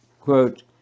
quote